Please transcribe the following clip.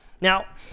Now